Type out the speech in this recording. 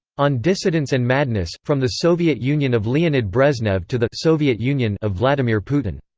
on dissidents and madness from the soviet union of leonid brezhnev to the soviet union of vladimir putin.